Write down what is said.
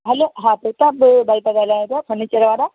hello हा प्रताप भाई तव्हां ॻाल्हायो पिया फर्नीचर वारा